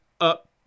up